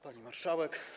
Pani Marszałek!